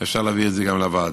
אפשר להעביר את זה גם לוועדה.